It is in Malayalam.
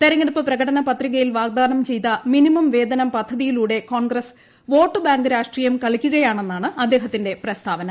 തെരഞ്ഞെടുപ്പ് പ്രകടനപത്രികയിൽ വാഗ്ദാനം ചെയ്ത മിനിമം വേതനം പദ്ധതിയിലൂടെ കോൺഗ്രസ് വോട്ട് ബാങ്ക് രാഷ്ട്രീയം കളിക്കുകയാണെന്നാണ് അദ്ദേഹത്തിന്റെ പ്രസ്താവന